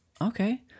Okay